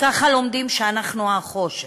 ככה לומדים שאנחנו החושך.